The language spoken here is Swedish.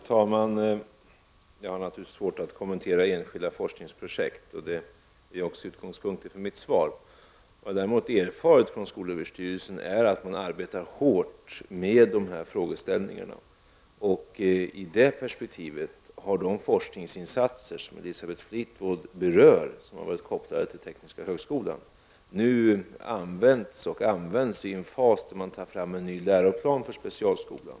Herr talman! Jag har svårt att kommentera enskilda forskningsprojekt. Det är också utgångspunkten för mitt svar. Vad jag däremot har erfarit från skolöverstyrelsen är att man arbetar hårt med dessa frågeställningar. I det perspektivet har de forskningsinsatser som Elisabeth Fleetwood berör och som varit kopplade till Tekniska högskolan använts — och används — under en fas då man tar fram en ny läroplan för specialskolan.